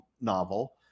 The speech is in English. novel